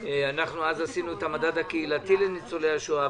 אנחנו אז עשינו את המדד הקהילתי לניצולי השואה,